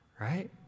Right